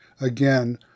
again